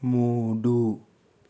మూడు